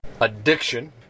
addiction